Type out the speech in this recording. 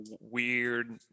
weird